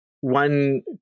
one